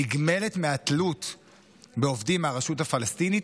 נגמלת מהתלות בעובדים מהרשות הפלסטינית,